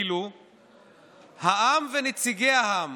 העם ונציגי העם